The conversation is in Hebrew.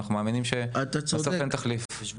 אתה צודק,